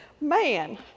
Man